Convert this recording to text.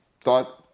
thought